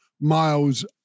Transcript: miles